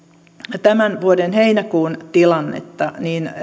tämän vuoden heinäkuun tilannetta